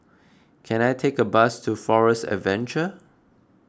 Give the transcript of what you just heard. can I take a bus to Forest Adventure